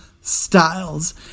styles